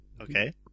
Okay